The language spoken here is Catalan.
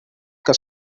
que